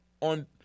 on